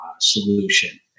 solution